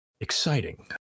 exciting